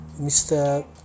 Mr